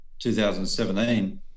2017